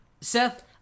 Seth